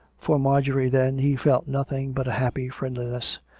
for marjorie, then, he felt nothing but a happy friend liness,